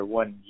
one